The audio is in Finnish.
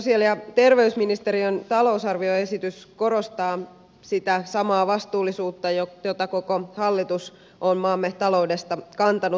sosiaali ja terveysministeriön talousarvioesitys korostaa sitä samaa vastuullisuutta jota koko hallitus on maamme taloudesta kantanut